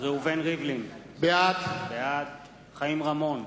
ראובן ריבלין, בעד חיים רמון,